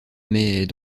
mais